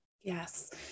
Yes